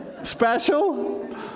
Special